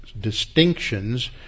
distinctions